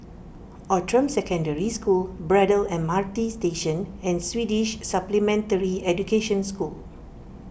Outram Secondary School Braddell M R T Station and Swedish Supplementary Education School